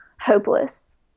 hopeless